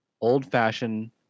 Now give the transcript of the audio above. old-fashioned